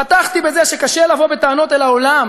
פתחתי בזה שקשה לבוא בטענות אל העולם